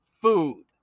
food